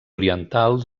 oriental